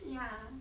ya